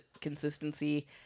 consistency